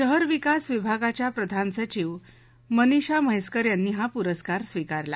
शहर विकास विभागाच्या प्रधान सचिव मनिषा म्हैसकर यांनी हा पुरस्कार स्वीकारला